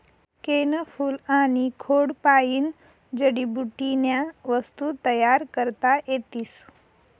केयनं फूल आनी खोडपायीन जडीबुटीन्या वस्तू तयार करता येतीस